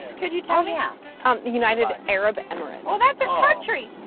could you tell me how the united arab emirates. well that's a country.